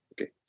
okay